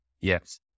yes